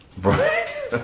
Right